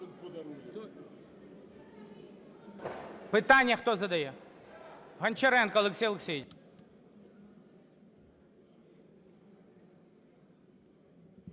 Питання хто задає? Гончаренко Олексій Олексійович.